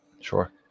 Sure